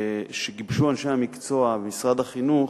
שגיבשו אנשי המקצוע במשרד החינוך,